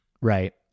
right